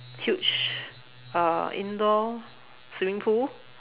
huge uh indoor swimming pool